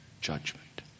judgment